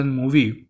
movie